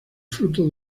fruto